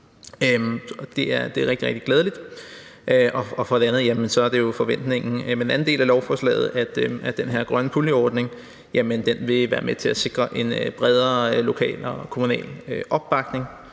Det er rigtig, rigtig glædeligt. Derudover er det jo forventningen, at den anden del af lovforslaget, den her grønne puljeordning, vil være med til at sikre en bredere lokal og kommunal opbakning